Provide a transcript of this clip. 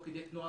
תוך כדי תנועה,